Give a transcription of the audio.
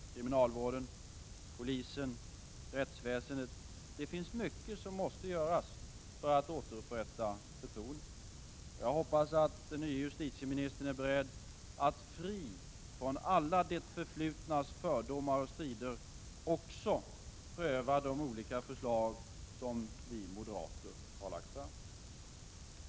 Kriminalvården, polisen, rättsväsendet — det finns mycket som måste göras för att återupprätta förtroendet. Jag hoppas att den nya justitieministern är beredd att fri från alla det förflutnas fördomar och strider också pröva de olika förslag vi moderater lagt fram.